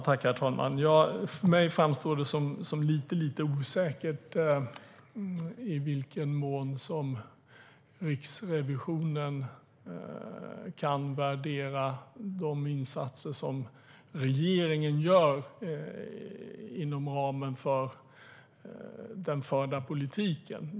Herr talman! För mig framstår det som lite osäkert i vilken mån Riksrevisionen kan värdera de insatser som regeringen gör inom ramen för den förda politiken.